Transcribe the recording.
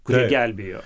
kurie gelbėjo